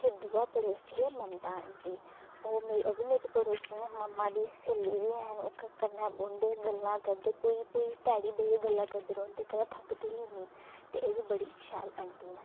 ते दूआ पड़ोसी ऐ ममता आंटी ओह् मेरी ओह् बी मेरी पड़ोसी न मम्मा दी स्हेली बी हैन ओह् कन्नै बौंह्नदे गल्लां करदे पूरी पूरी ध्याड़ी बेहियै गल्लां करदे रौह्न्दे कदें थकदे ही नि ते एह् बी बड़ी शैल आंटी न